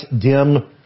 dim